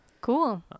Cool